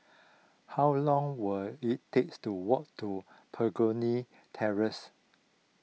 how long will it takes to walk to Begonia Terrace